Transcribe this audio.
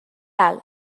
alt